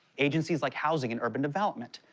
agencies like housing and urban development,